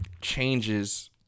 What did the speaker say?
changes